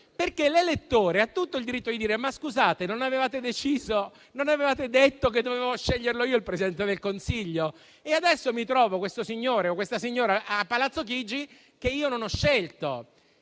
perché l'elettore ha tutto il diritto di dire: ma, scusate, non avevate detto che dovevo sceglierlo io il Presidente del Consiglio? Adesso mi trovo questo signore o questa